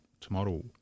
tomorrow